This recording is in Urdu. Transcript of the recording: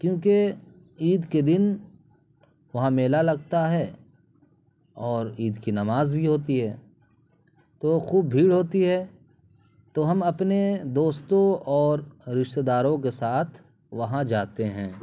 کیونکہ عید کے دن وہاں میلہ لگتا ہے اور عید کی نماز بھی ہوتی ہے تو خوب بھیڑ ہوتی ہے تو ہم اپنے دوستو اور رشتہ داروں کے ساتھ وہاں جاتے ہیں